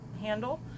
handle